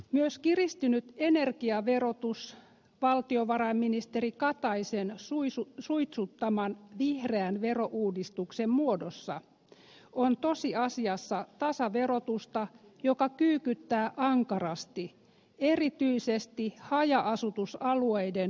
myös kiristynyt energiaverotus valtiovarainministeri kataisen suitsuttaman vihreän verouudistuksen muodossa on tosiasiassa tasaverotusta joka kyykyttää ankarasti erityisesti haja asutusalueiden vähäosaisia